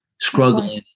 struggling